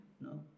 No